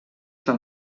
del